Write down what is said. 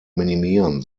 minimieren